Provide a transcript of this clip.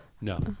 No